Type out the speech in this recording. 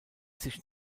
sich